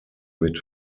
mit